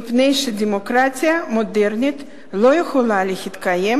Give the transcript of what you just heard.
מפני שדמוקרטיה מודרנית לא יכולה להתקיים